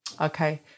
okay